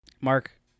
Mark